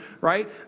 right